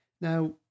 now